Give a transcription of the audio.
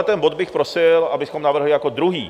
Tento bod bych prosil, abychom navrhli jako druhý.